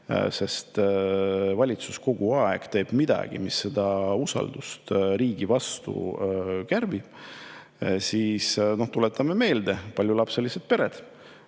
sest valitsus kogu aeg teeb midagi, mis seda usaldust riigi vastu kärbib. Tuletame meelde: paljulapselised pered.